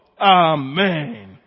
Amen